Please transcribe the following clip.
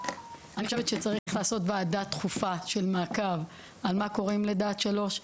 אני חושבת שצריך לעשות וועדה דחופה של מעקב על מה קורה מלידה עד שלוש,